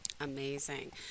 Amazing